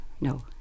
no